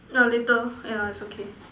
nah later ya it's okay